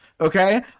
okay